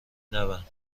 نبند